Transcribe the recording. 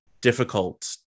difficult